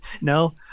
No